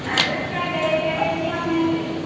आ दू सए देबे एहिसँ बेसी हम नहि देब